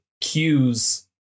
cues